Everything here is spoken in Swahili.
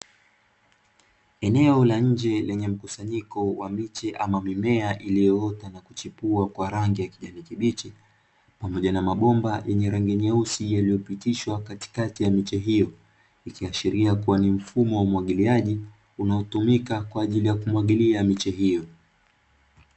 Eneo la nje lenye mkusanyiko wa miche ama mimea iliyoota na kuchipua kwa rangi ya kijani kibichi, pamoja na mabomba yenye rangi nyeusi yaliyopitishwa katikati ya miche hiyo. Ikiashiria kuwa ni mfumo wa umwagiliaji unayotumika kwa ajili ya kumwagilia miche hiyo.